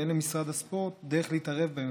ואין למשרד הספורט דרך להתערב בהם.